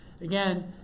Again